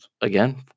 again